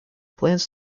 plans